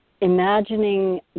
imagining